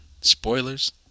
Spoilers